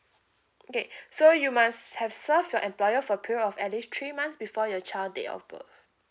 okay so you must have served your employer for period of at least three months before your child date of birth